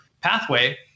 pathway